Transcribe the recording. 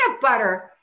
butter